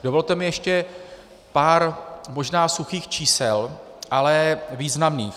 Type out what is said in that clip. Dovolte mi ještě pár možná suchých čísel, ale významných.